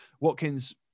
Watkins